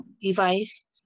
device